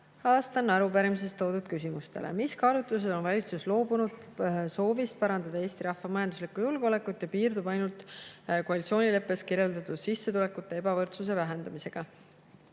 vastan arupärimises toodud küsimustele.[Esimene küsimus:] "Mis kaalutlusel on valitsus loobunud soovist parandada eesti rahva majanduslikku julgeolekut ja piirdub ainult koalitsioonileppes kirjeldatud sissetulekute ebavõrdsuse vähendamisega?"